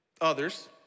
others